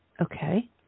Okay